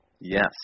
Yes